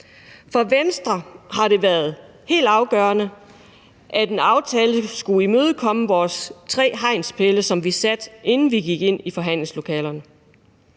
For Venstre har det været helt afgørende, at en aftale skulle imødekomme vores tre hegnspæle, som vi satte, inden vi gik ind i forhandlingslokalerne.